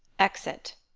exit